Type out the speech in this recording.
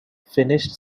finished